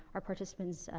our participants, ah,